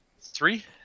Three